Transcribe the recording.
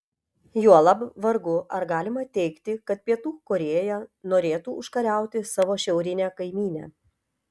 juolab vargu ar galima teigti kad pietų korėja norėtų užkariauti savo šiaurinę kaimynę